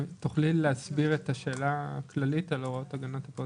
תוכלי להסביר את השאלה הכללית על הוראות הגנת הפרטיות?